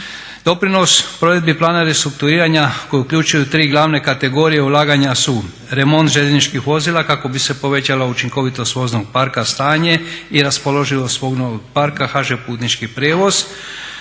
Doprinos provedbi plana restrukturiranja koji uključuju tri glavne kategorije ulaganja su remont željezničkih vozila kako bi se povećala učinkovitost voznog parka, stanje i raspoloživost voznog parka HŽ Putnički prijevoz.